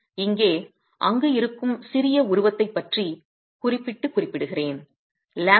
இங்கே அங்கு இருக்கும் சிறிய உருவத்தைப் பற்றி குறிப்பிட்டு குறிப்பிடுகிறேன்